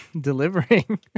delivering